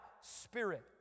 spirit